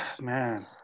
man